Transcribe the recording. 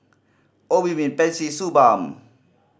Obimin Pansy Suu Balm